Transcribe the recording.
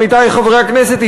עמיתי חברי הכנסת,